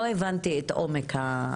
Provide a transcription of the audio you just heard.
לא הבנתי את עומק הבעיה,